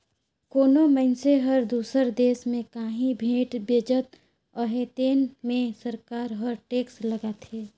कोनो मइनसे हर दूसर देस में काहीं भेंट भेजत अहे तेन में सरकार हर टेक्स लगाथे